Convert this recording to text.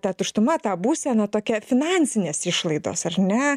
ta tuštuma ta būsena tokia finansinės išlaidos ar ne